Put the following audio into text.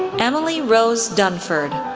emily rose dunford,